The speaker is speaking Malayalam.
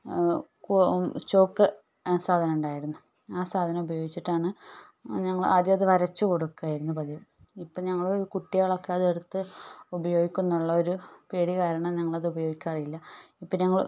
ചോക്ക് സാധനം ഉണ്ടായിരുന്നു ആ സാധനം ഉപയോഗിച്ചിട്ടാണ് ഞങ്ങൾ ആദ്യം അത് വരച്ചു കൊടുക്കുമായിരുന്നു പതിവ് ഇപ്പോൾ ഞങ്ങൾ കുട്ടികളൊക്കെ അത് എടുത്ത് ഉപയോഗിക്കുന്നുള്ളൊരു പേടി കാരണം ഞങ്ങളത് ഉപയോഗിക്കാറില്ല ഇപ്പം ഞങ്ങൾ